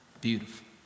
Beautiful